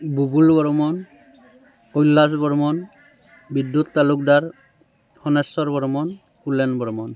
Bubul Barman Kailash Barman Bidyut Talukdar Soneswar Barman Kulen Barman